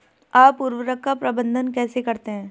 आप उर्वरक का प्रबंधन कैसे करते हैं?